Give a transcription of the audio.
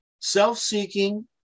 self-seeking